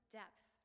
depth